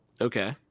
Okay